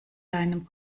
deinem